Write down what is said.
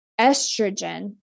Estrogen